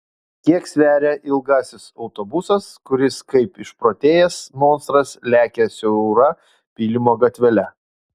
kiek sveria ilgasis autobusas kuris kaip išprotėjęs monstras lekia siaura pylimo gatvele